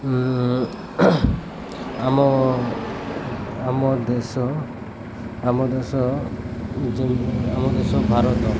ଆମ ଆମ ଦେଶ ଆମ ଦେଶ ଯେମିତି ଆମ ଦେଶ ଭାରତ